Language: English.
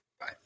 bye